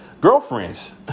Girlfriends